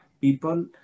People